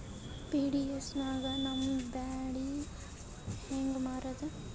PDS ನಾಗ ನಮ್ಮ ಬ್ಯಾಳಿ ಹೆಂಗ ಮಾರದ?